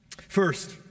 First